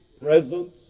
presence